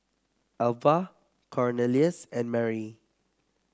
Alvah Cornelius and Marry